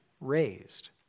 raised